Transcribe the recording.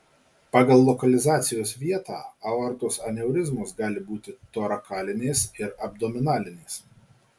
pagal lokalizacijos vietą aortos aneurizmos gali būti torakalinės ir abdominalinės